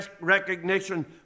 recognition